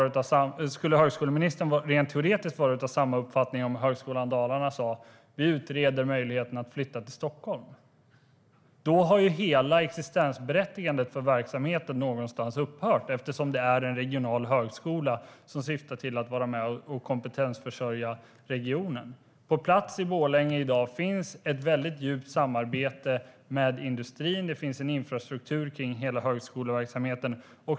Skulle högskoleministern rent teoretiskt vara av samma uppfattning om Högskolan Dalarna sa att man utreder möjligheterna att flytta till Stockholm? Då har ju verksamhetens hela existensberättigande någonstans upphört eftersom det är en regional högskola som syftar till att vara med och kompetensförsörja regionen. På plats i Borlänge finns i dag ett djupt samarbete med industrin och en infrastruktur kring hela högskoleverksamheten.